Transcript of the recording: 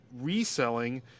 reselling